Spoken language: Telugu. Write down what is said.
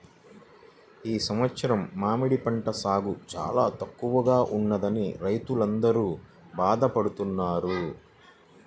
ఈ సంవత్సరం మామిడి పంట సాగు చాలా తక్కువగా ఉన్నదని రైతులందరూ బాధ పడుతున్నారు